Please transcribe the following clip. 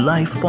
Life